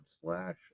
slash